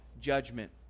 judgment